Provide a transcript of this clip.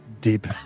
Deep